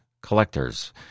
collectors